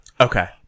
Okay